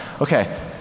Okay